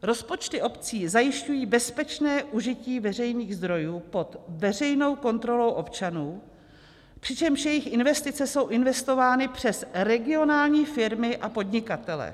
Rozpočty obcí zajišťují bezpečné užití veřejných zdrojů pod veřejnou kontrolou občanů, přičemž jejich investice jsou investovány přes regionální firmy a podnikatele.